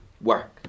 work